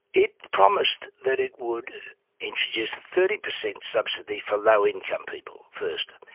it promised that it would introduce a thirty percent subsidy for low income people first.